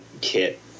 kit